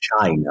China